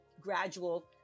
gradual